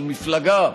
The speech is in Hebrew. של מפלגה,